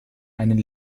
einen